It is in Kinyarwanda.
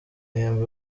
ihemba